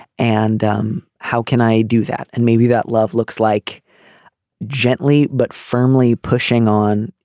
and um how can i do that. and maybe that love looks like gently but firmly pushing on.